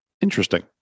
Interesting